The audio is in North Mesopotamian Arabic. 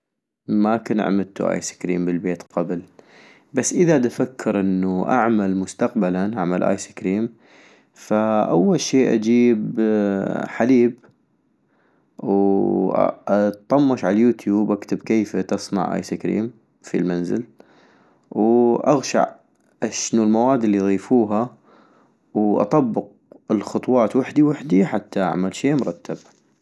ما كن عملتو ايسكريم بالبيت قبل، بس اذا دفكر انو اعمل مستقبلا اعمل ايسكريم - فأول شي اجيب حليب ، واطمش عاليوتيوب اكتب كيف تصنع ايسكريم في المنزل، واغشع اشنو المواد الي يضيفوها واطبق الخطوات وحدي وحدي حتى اعمل شي مرتب